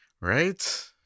Right